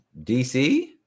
DC